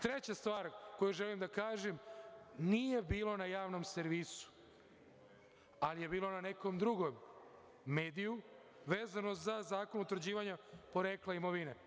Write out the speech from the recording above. Treća stvar koju želim da kažem, nije bilo na Javnom servisu ali je bilo na nekom drugom mediju, vezano za Zakon o utvrđivanju porekla imovine.